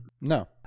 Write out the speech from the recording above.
No